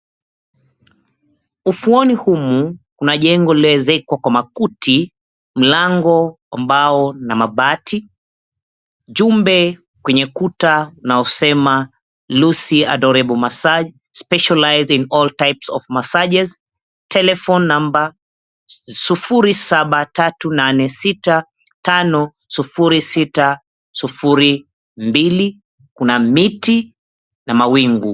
Ufuoni humu, kuna jengo lililoezekwa kwa makuti, mlango wa mbao na mabati, ujumbe kwenye kuta unaosema, "Lucy Adorable Massage, specialized in all types of massages, telephone number, 0738650602." Kuna miti na mawingu.